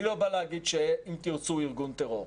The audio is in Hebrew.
אני לא בא להגיד ש"אם תרצו" הוא ארגון טרור,